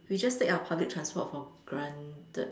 we just take our public transport for granted